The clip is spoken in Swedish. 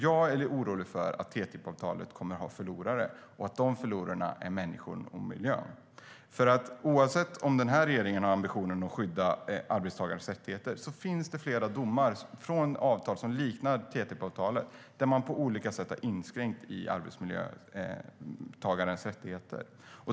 Jag är orolig för att TTIP-avtalet kommer att ha förlorare och att de förlorarna är människorna och miljön. Oavsett om regeringen har ambitionen att skydda arbetstagares rättigheter finns det flera domar om avtal som liknar TTIP-avtalet och där man på olika sätt har inskränkt arbetstagares rättigheter.